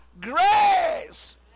grace